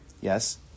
Yes